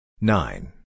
nine